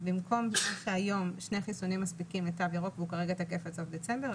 במקום שהיום שני חיסונים מספיקים לתו ירוק וכרגע הוא תקף עד סוף דצמבר,